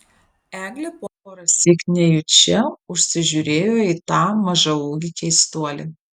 eglė porąsyk nejučia užsižiūrėjo į tą mažaūgį keistuolį